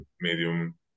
medium